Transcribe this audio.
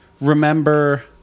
remember